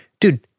Dude